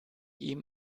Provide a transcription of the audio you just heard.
ihm